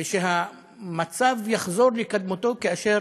ושהמצב יחזור לקדמותו, כאשר